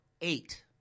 eight